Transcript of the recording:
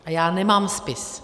A já nemám spis.